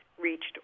reached